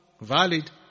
valid